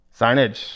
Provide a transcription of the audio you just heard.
Signage